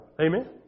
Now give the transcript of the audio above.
Amen